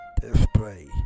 display